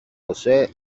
josé